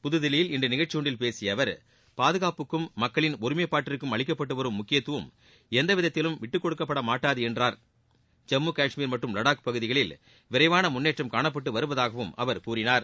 புதுதில்லியில் இன்று நிகழ்ச்சி ஒன்றில் பேசிய அவர் பாதுகாப்புக்கும் மக்களின் ஒருமைப்பாட்டிற்கும் அளிக்கப்பட்டு வரும் முக்கியத்துவம் எந்தவிதத்திலும் விட்டுக்கொடுக்கப்பட மாட்டாது என்றார்ஜம்மு காஷ்மீர் மற்றும் லடாக் பகுதிகளில் விரைவான முன்னேற்றம் காணப்பட்டு வருவதாகவும் அவர் கூறினார்